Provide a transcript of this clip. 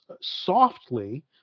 softly